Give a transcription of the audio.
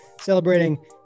celebrating